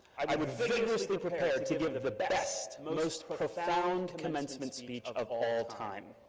i would vigorously prepare to give the but best most but profound commencement speech of all time.